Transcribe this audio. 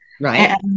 Right